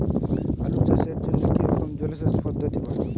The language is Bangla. আলু চাষের জন্য কী রকম জলসেচ পদ্ধতি ভালো?